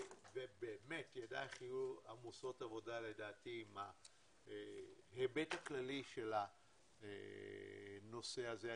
ובאמת ידייך יהיו עמוסות עבודה לדעתי מההיבט הכללי של הנושא הזה.